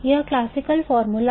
यह क्लासिकल सूत्र है